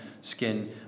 skin